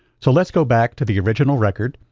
so let's go back to the original record,